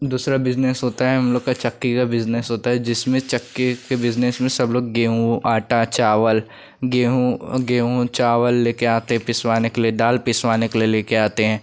दूसरा बिज़नेस होता है हम लोग का चक्की का बिज़नेस होता है जिसमें चक्की के बिज़नेस में सब लोग गेहूँ आटा चावल गेहूँ गेहूँ चावल लेकर आते हैं पिसवाने के लिए दाल पिसवाने के लिए लेके आते हैं